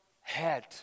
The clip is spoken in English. head